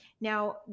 Now